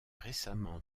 récemment